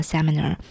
Seminar